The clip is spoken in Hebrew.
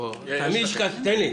תאמין לי,